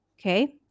Okay